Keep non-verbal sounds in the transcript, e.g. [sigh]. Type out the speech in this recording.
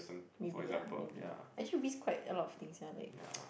maybe ah maybe actually risk quite a lot things sia like [noise]